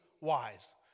wise